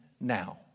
now